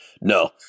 No